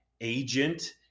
agent